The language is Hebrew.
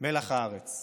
מלח הארץ.